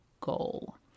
goal